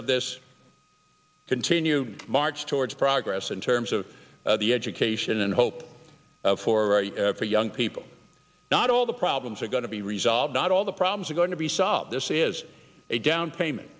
of this continued march towards progress in terms of the education and hope for for young people not all the problems are going to be resolved not all the problems are going to be solved this is a downpayment